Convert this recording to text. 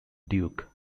duke